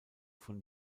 von